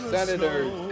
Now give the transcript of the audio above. Senators